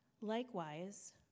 Likewise